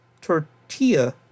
tortilla